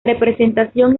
representación